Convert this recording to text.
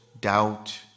doubt